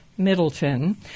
Middleton